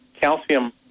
Calcium